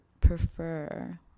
prefer